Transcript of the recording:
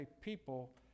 people